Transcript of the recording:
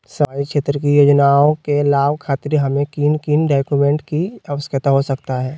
सामाजिक क्षेत्र की योजनाओं के लाभ खातिर हमें किन किन डॉक्यूमेंट की आवश्यकता हो सकता है?